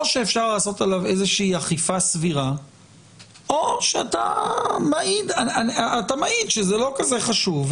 או שאפשר לעשות עליו אכיפה סבירה או שאתה מעיד שזה לא כזה חשוב.